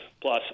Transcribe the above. plus